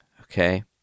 Okay